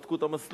בדקו את המסלול,